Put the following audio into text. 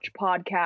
podcast